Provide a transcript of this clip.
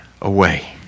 away